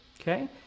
okay